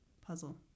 puzzle